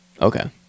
okay